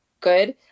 good